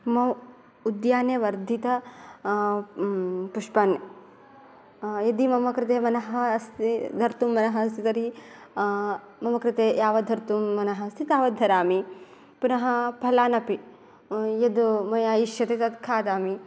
मम उद्याने वर्धित पुष्पाणि यदि मम कृते वनः अस्ति नर्तुं मनः अस्ति तर्हि मम कृते यावद्धर्तुं मनः अस्ति तावद्धरामि पुनः फलान्यपि यद् मया इष्यते तत् खादामि